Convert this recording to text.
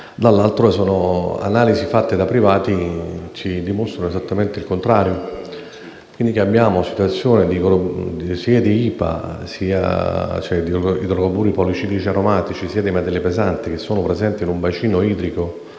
dall'altro le analisi fatte da privati ci dimostrano esattamente il contrario. Abbiamo situazioni sia di idrocarburi policiclici aromatici (IPA), sia di materie pesanti che sono presenti in un bacino idrico.